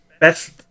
best